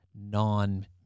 non